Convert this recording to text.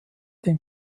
den